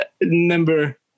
Number